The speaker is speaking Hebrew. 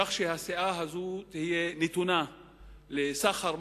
כך שהסיעה הזאת תהיה נתונה לסחר-מכר